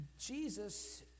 Jesus